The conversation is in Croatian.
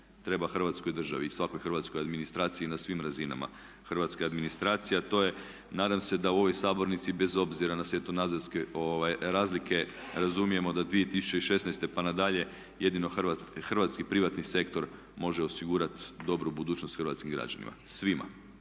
Treba Hrvatskoj državi i svakoj hrvatskoj administraciji i na svim razinama. Hrvatska administracija to je nadam se da u ovoj sabornici bez obzira na svjetonazorske razlike razumijemo da 2016. pa nadalje jedino hrvatski privatni sektor može osigurati dobru budućnost hrvatskim građanima, svima.